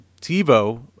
TiVo